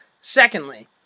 secondly